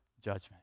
judgment